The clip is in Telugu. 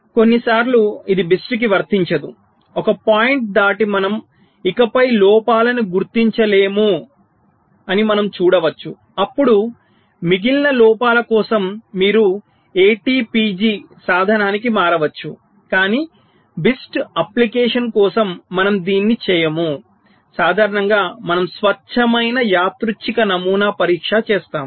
కానీ కొన్నిసార్లు ఇది BIST కి వర్తించదు ఒక పాయింట్ దాటి మనం ఇకపై లోపాలను గుర్తించలేమని మనం చూడవచ్చు అప్పుడు మిగిలిన లోపాల కోసం మీరు ATPG సాధనానికి మారవచ్చు కాని BIST అప్లికేషన్ కోసం మనం దీన్ని చేయము సాధారణంగా మనం స్వచ్ఛమైన యాదృచ్ఛిక నమూనా పరీక్ష చేస్తాము